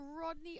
Rodney